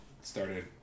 started